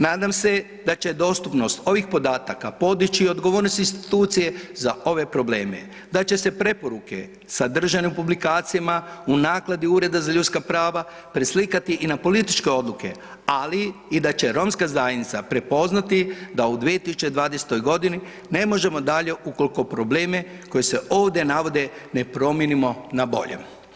Nadam se da će dostupnost ovih podataka podići i odgovornost institucije za ove probleme, da će se preporuke sadržane u publikacijama u nakladi Ureda za ljudska prava preslikati i na političke odluke, ali i da će Romska zajednica prepoznati da u 2020. godini ne možemo dalje ukoliko probleme koji se ovdje navode ne promijenimo na bolje.